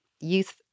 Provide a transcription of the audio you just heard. youth